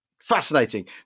fascinating